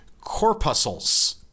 corpuscles